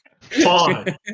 Fine